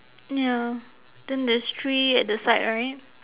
ya then there is three at the side right